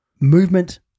movement